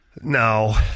No